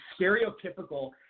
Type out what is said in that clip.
stereotypical